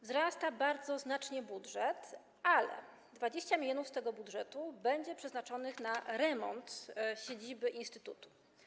Wzrasta bardzo znacznie budżet, ale 20 mln z tego budżetu będzie przeznaczonych na remont siedziby instytutu.